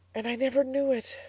and i never knew it.